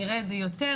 שנראה את זה יותר,